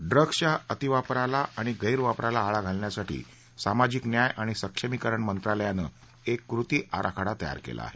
डूग्ज च्या अतीवापराला आणि गैरवापराला आळा घालण्यासाठी सामाजिक न्याय आणि सक्षमीकरण मंत्रालयानं क्र कृती आराखडा तयार केला आहे